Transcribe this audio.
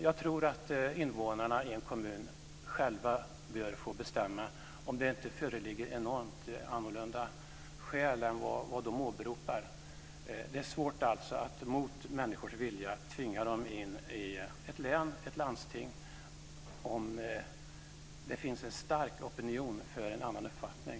Jag tror att invånarna i en kommun själva bör få bestämma, om det inte föreligger enormt annorlunda skäl än vad de åberopar. Det är svårt att mot människors vilja tvinga dem in i ett län och ett landsting om det finns en stark opinion för en annan uppfattning.